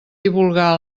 divulgar